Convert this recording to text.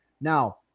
now